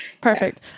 Perfect